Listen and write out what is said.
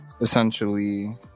essentially